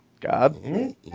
god